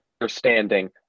understanding